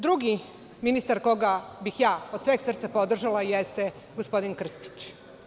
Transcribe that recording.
Drugi, ministar koga bih ja od sveg srca podržala jeste gospodin Krstić.